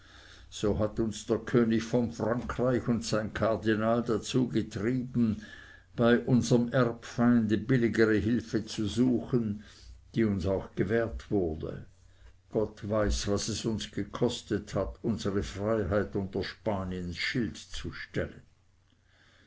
so hat uns der könig von frankreich und sein kardinal dazu getrieben bei unserm erbfeinde billigere hilfe zu suchen die uns auch gewährt wurde gott weiß was es uns gekostet hat unsere freiheit unter spaniens schild zu stellen